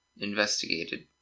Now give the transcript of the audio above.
investigated